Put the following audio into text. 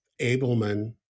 Abelman